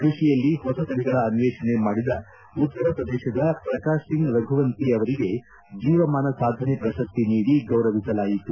ಕೃಷಿಯಲ್ಲಿ ಹೊಸ ತಳಿಗಳ ಅನ್ವೇಷಣೆ ಮಾಡಿದ ಉತ್ತರ ಪ್ರದೇಶದ ಪ್ರಕಾಶ್ ಸಿಂಗ್ ರಘುವನ್ನಿ ಅವರಿಗೆ ಜೀವಮಾನ ಸಾಧನೆ ಪ್ರಶಸ್ತಿ ನೀಡಿ ಗೌರವಿಸಲಾಯಿತು